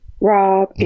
Rob